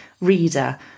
reader